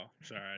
sorry